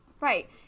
right